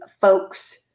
folks